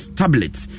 tablets